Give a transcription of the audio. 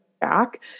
back